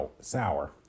sour